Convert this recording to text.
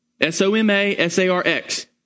S-O-M-A-S-A-R-X